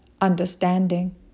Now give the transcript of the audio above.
understanding